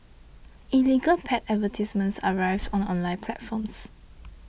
illegal pet advertisements are rife on online platforms